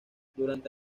durante